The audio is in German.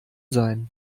sein